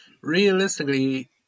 Realistically